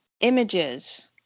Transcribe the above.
images